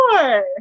four